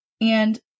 and-